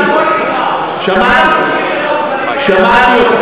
פוליגרף, שמעתי, שמעתי.